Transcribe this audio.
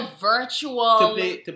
virtual